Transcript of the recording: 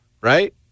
right